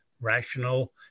rational